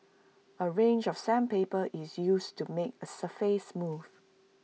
A range of sandpaper is used to make the surface smooth